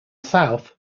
south